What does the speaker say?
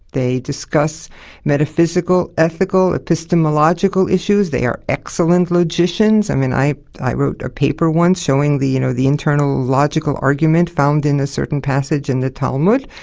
they discuss metaphysical, ethical, epistemological issues, they are extent logicians, i mean, i i wrote a paper once showing the you know the internal logical argument found in a certain passage in the talmud.